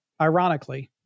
ironically